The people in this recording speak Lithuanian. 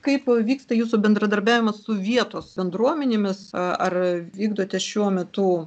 kaip vyksta jūsų bendradarbiavimas su vietos bendruomenėmis ar vykdote šiuo metu